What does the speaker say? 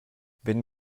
wenn